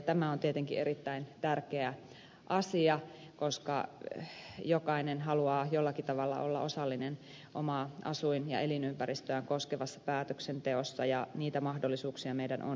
tämä on tietenkin erittäin tärkeä asia koska jokainen haluaa jollakin tavalla olla osallinen omaa asuin ja elinympäristöään koskevassa päätöksenteossa ja niitä mahdollisuuksia meidän on lisättävä